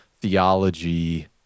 theology